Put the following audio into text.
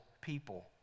people